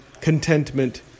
contentment